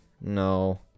No